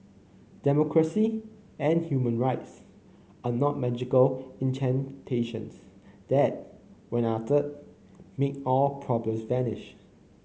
democracy and human rights are not magical incantations that when uttered make all problems vanish